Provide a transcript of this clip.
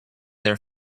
their